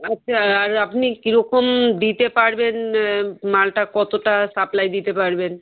আচ্ছা আর আপনি কীরকম দিতে পারবেন মালটা কতোটা সাপ্লাই দিতে পারবেন